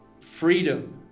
freedom